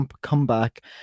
comeback